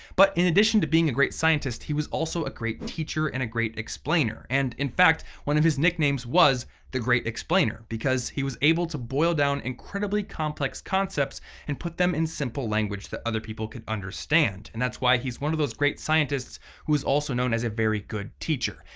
but in addition to being a great scientist, he was also a great teacher and a great explainer. and in fact, one of his nicknames was the great explainer, because he was able to boil down incredibly complex concepts and put them in simple language that other people could understand. and that's why he's one of those great scientists who is also known as a very good teacher.